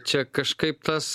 čia kažkaip tas